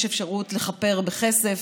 יש אפשרות לכפר בכסף,